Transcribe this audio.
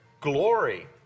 glory